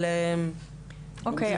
אבל- אוקי,